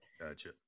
Gotcha